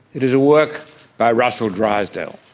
it is a work by russell drysdale.